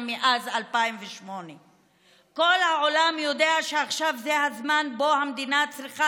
מאז 2008. כל העולם יודע שעכשיו זה הזמן שבו המדינה צריכה